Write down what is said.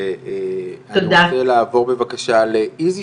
ואני רוצה לעבור בבקשה לאיזי